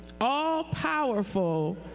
all-powerful